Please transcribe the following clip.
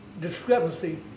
Discrepancy